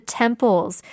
temples